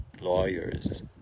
lawyers